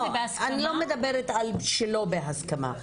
אני לא מדברת על שלא בהסכמה,